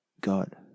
God